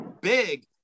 big